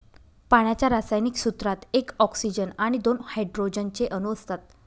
पाण्याच्या रासायनिक सूत्रात एक ऑक्सीजन आणि दोन हायड्रोजन चे अणु असतात